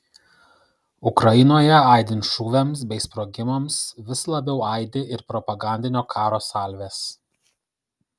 ukrainoje aidint šūviams bei sprogimams vis labiau aidi ir propagandinio karo salvės